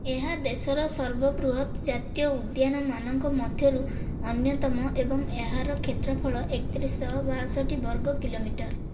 ଏହା ଦେଶର ସର୍ବବୃହତ ଜାତୀୟ ଉଦ୍ୟାନମାନଙ୍କ ମଧ୍ୟରୁ ଅନ୍ୟତମ ଏବଂ ଏହାର କ୍ଷେତ୍ରଫଳ ଏକତିରିଶହ ବାଷଠି ବର୍ଗ କିଲୋମିଟର